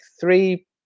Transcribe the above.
three